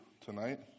tonight